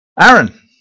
Aaron